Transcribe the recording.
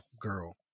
girl